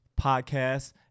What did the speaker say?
Podcast